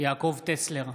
יעקב טסלר,